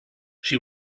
she